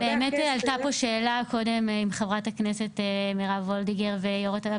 באמת עלתה פה קודם שאלה של חברת הכנסת מיכל וולדיגר ויושבת-ראש